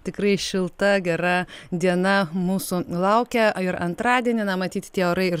tikrai šilta gera diena mūsų laukia ir antradienį na matyt tie orai ir